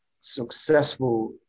successful